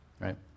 right